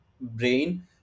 brain